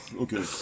Okay